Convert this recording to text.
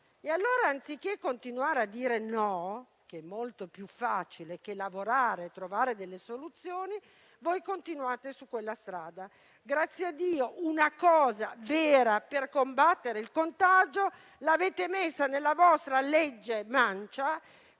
Allora, anziché continuare a dire no, che è molto più facile che lavorare e trovare delle soluzioni, voi continuate su quella strada. Grazie a Dio, una cosa vera per combattere il contagio l'avete messa nella vostra legge mancia